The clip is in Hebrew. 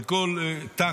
על כל טנק.